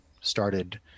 started